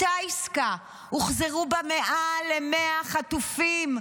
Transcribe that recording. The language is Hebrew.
הייתה עסקה, הוחזרו בה מעל 100 חטופים,